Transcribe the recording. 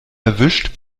erwischt